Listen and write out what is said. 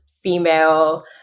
female